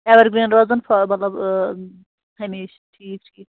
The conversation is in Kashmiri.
ایوَر گرٛیٖن روزان مطلب ہمیشہٕ ٹھیٖک ٹھیٖک